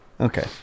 okay